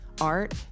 art